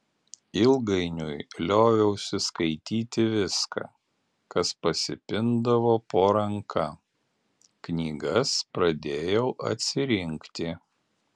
ilgainiui lioviausi skaityti viską kas pasipindavo po ranka knygas pradėjau atsirinkti